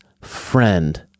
friend